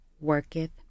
worketh